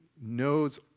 knows